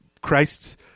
Christ's